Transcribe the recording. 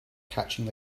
catching